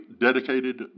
dedicated